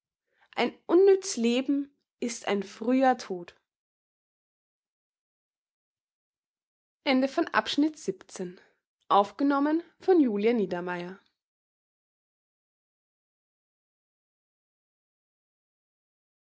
ein unnütz leben ist ein früher tod